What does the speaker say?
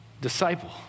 disciple